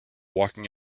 walking